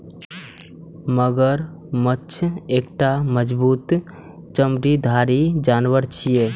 मगरमच्छ एकटा मजबूत चमड़ाधारी जानवर छियै